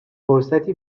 فرصتی